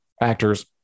actors